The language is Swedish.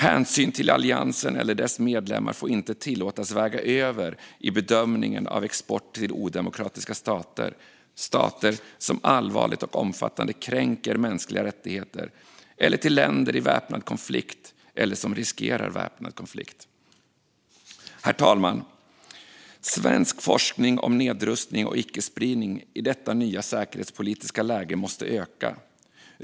Hänsyn till alliansen eller dess medlemmar får inte tillåtas väga över i bedömningen av export till odemokratiska stater, till stater som allvarligt och omfattande kränker mänskliga rättigheter eller till länder i väpnad konflikt eller som riskerar väpnad konflikt. Herr talman! Svensk forskning om nedrustning och icke-spridning i detta nya säkerhetspolitiska läge måste öka.